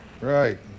Right